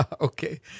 okay